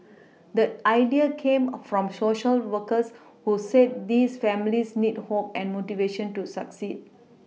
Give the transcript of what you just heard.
the idea came from Social workers who said these families need hope and motivation to succeed